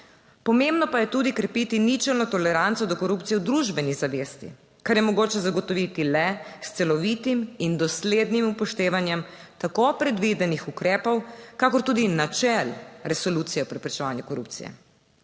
pomembno pa je tudi krepiti ničelno toleranco do korupcije v družbeni zavesti, kar je mogoče zagotoviti le s celovitim in doslednim upoštevanjem tako predvidenih ukrepov kakor tudi načel resolucije o preprečevanju korupcije.